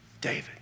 David